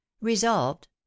resolved